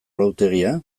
arautegia